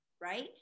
right